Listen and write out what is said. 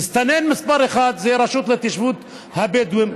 המסתנן מספר אחת זה הרשות להתיישבות הבדואים,